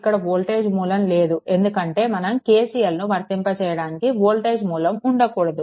ఇక్కడ వోల్టేజ్ మూలం లేదు ఎందుకంటే మనం KCLను వర్తింప చేయడానికి వోల్టేజ్ మూలం ఉండకూడదు